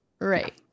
right